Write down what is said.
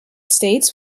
states